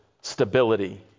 stability